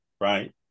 right